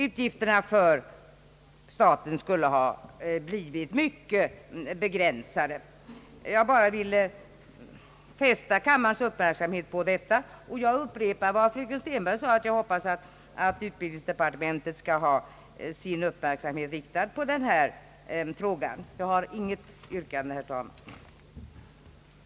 Utgifterna för staten lär bli mycket begränsade. Jag ville bara fästa kammarens uppmärksamhet på detta och framför samma förhoppning som fröken Stenberg, nämligen att utbildningsdepartementet skall ha sin uppmärksamhet riktad på frågan. Jag har inget yrkande, herr talman. Undertecknad anhåller härmed om ledighet från riksdagsgöromålen den 28 och den 29 april i och för deltagande i Nordiska rådets konferens i Oslo.